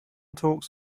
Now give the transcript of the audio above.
talks